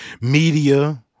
media